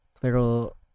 pero